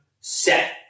set